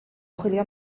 chwilio